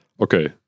Okay